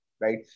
right